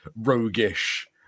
roguish